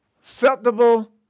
Acceptable